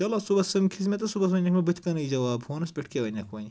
چلو صُبَحس سمکھِ زِ مےٚ تہٕ صُبحس ؤنۍ زِ مےٚ بٔتھۍ کَنے جواب فونَس پٮ۪ٹھ کیاہ وَنکھ وۄنۍ